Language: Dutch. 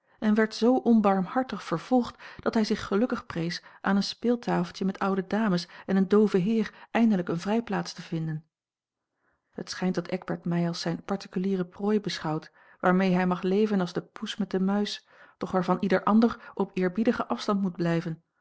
en werd z onbarmhartig vervolgd dat hij zich gelukkig prees aan een speeltafeltje met oude dames en een dooven heer eindelijk eene vrijplaats te vinden het schijnt dat eckbert mij als zijne particuliere prooi beschouwt waarmee hij mag leven als de poes met de muis doch waarvan ieder ander op eerbiedigen afstand moet blijven